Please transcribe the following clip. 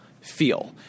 feel